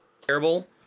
terrible